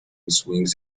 swings